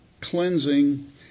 cleansing